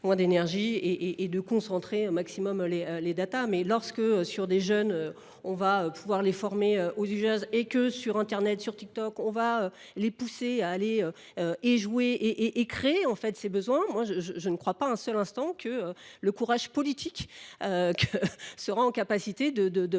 moins d'énergie et de concentrer au maximum les data. Mais lorsque sur des jeunes, on va pouvoir les former aux UJAS et que sur internet, sur TikTok, on va les pousser à aller et jouer et créer ces besoins. Moi, je ne crois pas un seul instant que le courage politique sera en capacité d'amener